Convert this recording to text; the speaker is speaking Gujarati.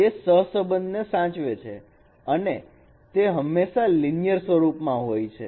તે સહસબંધ ને સાચવે છે અને તે હંમેશા લિનિયર સ્વરૂપમાં હોય છે